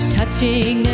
Touching